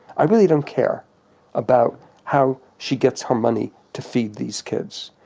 i really don't care about how she gets her money to feed these kids,